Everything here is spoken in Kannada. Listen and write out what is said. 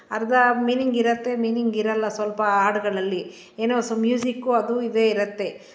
ಅರ್ಧ ಮೀನಿಂಗ್ ಇರುತ್ತೆ ಮೀನಿಂಗ್ ಇರಲ್ಲ ಸ್ವಲ್ಪ ಹಾಡುಗಳಲ್ಲಿ ಏನೋ ಸು ಮ್ಯೂಸಿಕ್ ಅದು ಇದೇ ಇರುತ್ತೆ